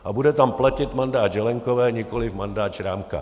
A bude tam platit mandát Zelienkové, nikoliv mandát Šrámka.